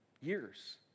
years